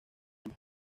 años